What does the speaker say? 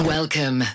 Welcome